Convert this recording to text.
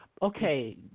Okay